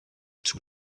too